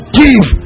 give